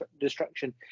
Destruction